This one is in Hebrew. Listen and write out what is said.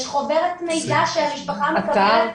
יש חוברת מידע שהמשפחה מקבלת,